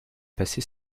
passé